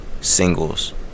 singles